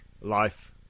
life